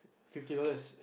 fifty dollars